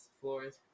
floors